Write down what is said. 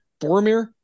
Boromir